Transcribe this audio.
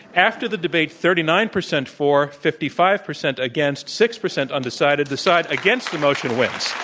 after the debate, thirty nine percent for, fifty five percent against, six percent undecided. the side against the motion wins.